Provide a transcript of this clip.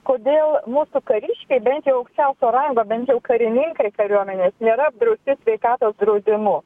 kodėl mūsų kariškiai bent jau aukščiausio rango bent jau karininkai kariuomenės nėra apdrausti sveikatos draudimu